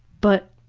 but,